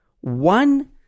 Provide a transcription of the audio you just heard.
one